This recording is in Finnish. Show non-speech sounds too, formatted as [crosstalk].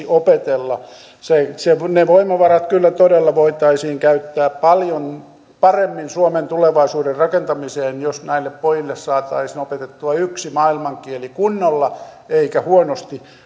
[unintelligible] opetella ne voimavarat kyllä todella voitaisiin käyttää paljon paremmin suomen tulevaisuuden rakentamiseen jos näille pojille saataisiin opetettua yksi maailmankieli kunnolla eikä huonosti